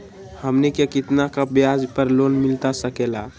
हमनी के कितना का ब्याज पर लोन मिलता सकेला?